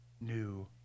new